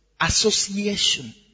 association